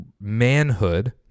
manhood